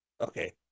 okay